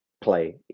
play